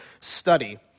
study